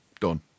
Done